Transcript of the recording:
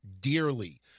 dearly